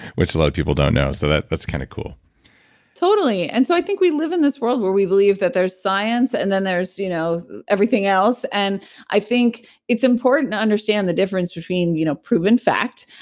which a lot of people don't know. so that's kind of cool totally. and so i think we live in this world where we believe that there's science, and then there's, you know everything else. and i think it's important to understand the difference between, you know proven fact,